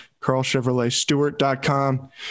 carlchevroletstewart.com